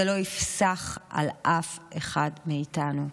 זה לא יפסח על אף אחד מאיתנו.